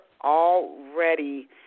already